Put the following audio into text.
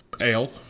ale